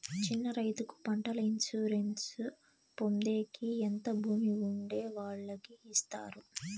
చిన్న రైతుకు పంటల ఇన్సూరెన్సు పొందేకి ఎంత భూమి ఉండే వాళ్ళకి ఇస్తారు?